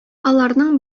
аларның